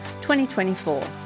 2024